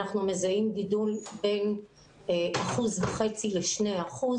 גידול של בין אחוז וחצי לשני אחוזים.